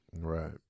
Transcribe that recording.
Right